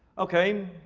okay,